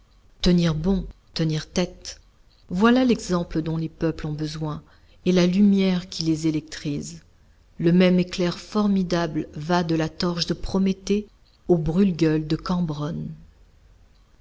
tenir bon tenir tête voilà l'exemple dont les peuples ont besoin et la lumière qui les électrise le même éclair formidable va de la torche de prométhée au brûle-gueule de cambronne